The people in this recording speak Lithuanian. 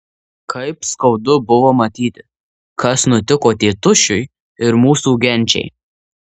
kaip skaudu buvo matyti kas nutiko tėtušiui ir mūsų genčiai